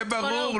זה ברור.